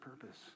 purpose